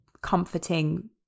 comforting